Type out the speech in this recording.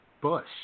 bush